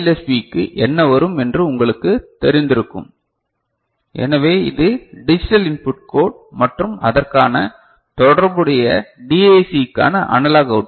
பிக்கு என்ன வரும் என்று உங்களுக்குத் தெரிந்திருக்கும் எனவே இது டிஜிட்டல் இன்புட் கோட் மற்றும் அதற்கான தொடர்புடைய டிஏசிக்கான அனலாக் அவுட் புட்